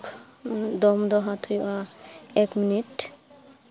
ᱫᱚᱢ ᱫᱚ ᱦᱟᱛ ᱦᱩᱭᱩᱜᱼᱟ ᱮᱠ ᱢᱤᱱᱤᱴ